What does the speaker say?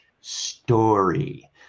story